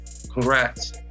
congrats